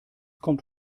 kommt